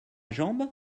jambe